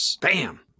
Bam